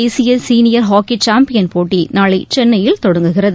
தேசிய senior hockey champion போட்டி நாளை சென்னையில் தொடங்குகிறது